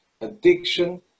addiction